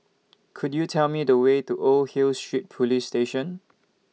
Could YOU Tell Me The Way to Old Hill Street Police Station